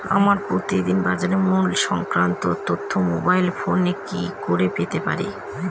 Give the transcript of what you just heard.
আমরা প্রতিদিন বাজার মূল্য সংক্রান্ত তথ্য মোবাইল ফোনে কি করে পেতে পারি?